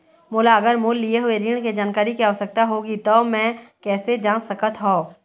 मोला अगर मोर लिए हुए ऋण के जानकारी के आवश्यकता होगी त मैं कैसे जांच सकत हव?